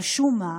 על שום מה?